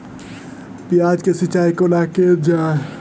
प्याज केँ सिचाई कोना कैल जाए?